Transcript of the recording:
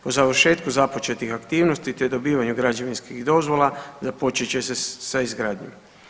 Po završetku započetih aktivnosti te dobivanju građevinskih dozvola započet će se sa izgradnjom.